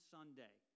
Sunday